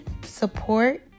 support